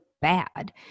bad